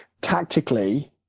tactically